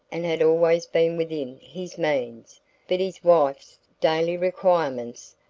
and had always been within his means but his wife's daily requirements,